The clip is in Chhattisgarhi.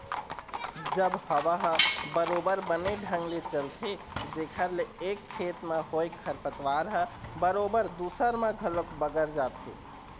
जब हवा ह बरोबर बने ढंग ले चलथे जेखर ले एक खेत म होय खरपतवार ह बरोबर दूसर म घलोक बगर जाथे